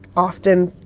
often,